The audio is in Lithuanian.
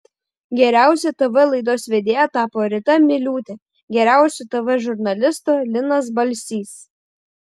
geriausia tv laidos vedėja tapo rita miliūtė geriausiu tv žurnalistu linas balsys